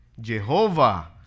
Jehovah